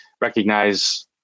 recognize